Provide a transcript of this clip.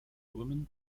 woman